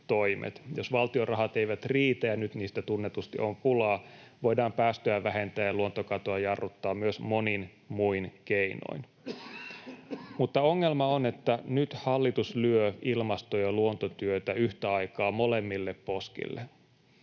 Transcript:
Jos valtion rahat eivät riitä — ja nyt niistä tunnetusti on pulaa — voidaan päästöjä vähentää ja luontokatoa jarruttaa myös monin muin keinoin. Mutta ongelma on, että nyt hallitus lyö ilmasto- ja luontotyötä yhtä aikaa molemmille poskille.